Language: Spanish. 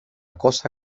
cosa